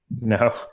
No